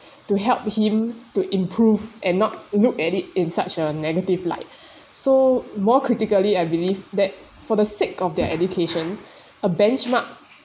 to help him to improve and not look at it in such a negative light so more critically I believe that for the sake of their education a benchmark